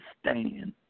stand